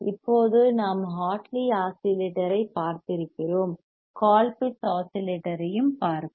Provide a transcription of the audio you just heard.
இப்போது நாம் ஹார்ட்லி ஆஸிலேட்டரைப் பார்த்திருக்கிறோம் கோல்பிட்ஸ் ஆஸிலேட்டரையும் பார்ப்போம்